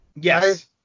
Yes